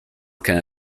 care